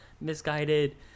misguided